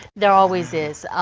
there always is.